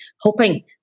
hoping